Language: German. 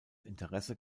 interesse